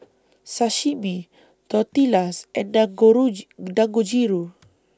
Sashimi Tortillas and Dangojiru